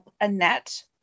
Annette